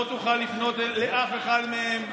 לא תוכל לפנות לאף אחד מהם.